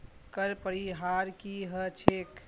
कर परिहार की ह छेक